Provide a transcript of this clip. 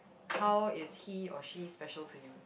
how is he or she special to you